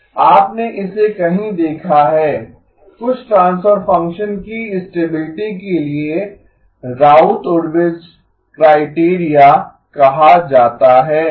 आपने इसे कहीं देखा है कुछ ट्रांसफर फ़ंक्शन की स्टेबिलिटी के लिए राउथ हुरवित्ज़ क्राइटेरिया कहा जाता है